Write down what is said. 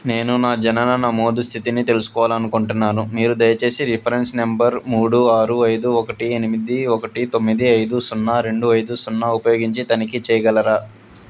నేను నా జనన నమోదు స్థితిని తెలుసుకోవాలి అనుకుంటున్నాను మీరు దయచేసి రిఫరెన్స్ నెంబర్ మూడు ఆరు ఐదు ఒకటి ఎనిమిది ఒకటి తొమ్మిది ఐదు సున్నా రెండు ఐదు సున్నా ఉపయోగించి తనిఖీ చేయగలరా